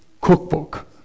Cookbook